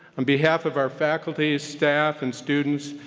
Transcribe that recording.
on behalf of our faculty, staff, and students,